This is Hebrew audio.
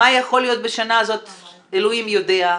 מה יכול להיות בשנה הזאת אלוהים יודע.